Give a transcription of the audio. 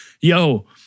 yo